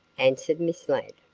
answered miss ladd.